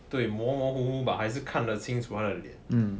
对模模糊糊 but 还是看得清楚他的脸